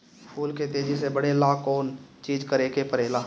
फूल के तेजी से बढ़े ला कौन चिज करे के परेला?